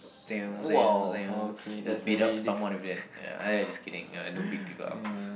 just beat up someone with that ya I just kidding ya don't beat people up